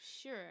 sure